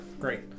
great